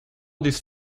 these